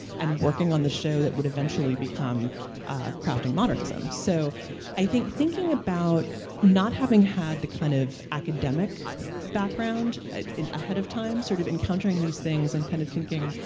and working on the show that would eventually become crafting modernism, so i think thinking about not having had the kind of academic background ahead of time, sort of encountering these things and kind of thinking.